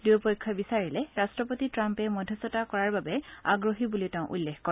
দুয়োপক্ষই বিচাৰিলে ৰাট্টপতি ট্ৰাম্পে মধ্যস্থতা কৰাৰ বাবে আগ্ৰহী বুলিও তেওঁ উল্লেখ কৰে